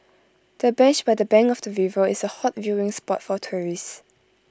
the bench by the bank of the river is A hot viewing spot for tourists